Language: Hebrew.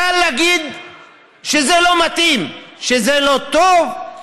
קל להגיד שזה לא מתאים, שזה לא טוב.